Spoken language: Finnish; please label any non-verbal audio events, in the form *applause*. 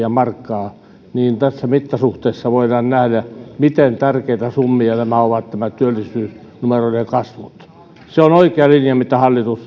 *unintelligible* ja tässä mittasuhteessa voidaan nähdä miten tärkeitä summia ovat nämä työllisyysnumeroiden kasvut se on oikea linja mitä hallitus